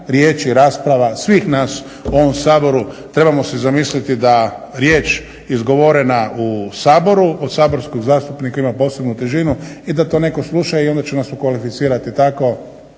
riječi, rasprava svih nas u ovom Saboru trebamo si zamisliti da riječ izgovorena u Saboru od saborskog zastupnika ima posebnu težinu i da to netko sluša. I onda će nas se kvalificirati